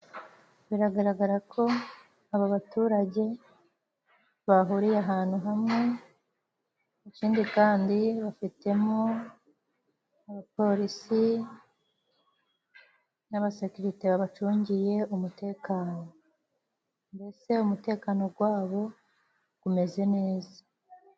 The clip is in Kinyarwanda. Biragaragara ko aba baturage bahuriye ahantu hamwe. Ikindi kandi bafitemo abapolisi n'abasekirite babacungiye umutekano. Mbese umutekano gwabo gumeze neza.